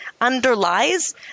underlies